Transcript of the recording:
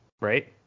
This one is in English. right